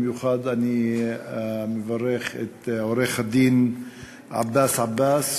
במיוחד אני מברך את עורך-דין עבאס עבאס,